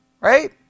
Right